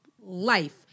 life